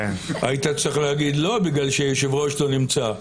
היית צריך להגיד לא בגלל שהיושב-ראש לא נמצא,